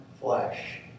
flesh